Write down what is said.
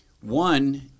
One